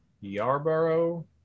Yarborough